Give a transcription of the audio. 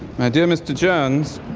my dear mr. jones,